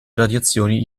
radiazioni